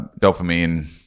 dopamine